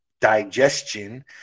digestion